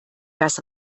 das